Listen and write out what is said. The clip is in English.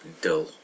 dull